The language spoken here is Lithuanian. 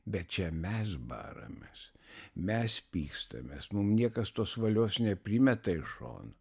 bet čia mes baramės mes pykstamės mum niekas tos valios neprimeta iš šono